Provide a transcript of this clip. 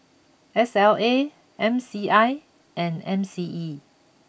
S L A M C I and M C E